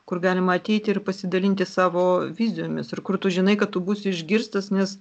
kur galima ateiti ir pasidalinti savo vizijomis ir kur tu žinai kad tu būsi išgirstas nes